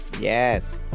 yes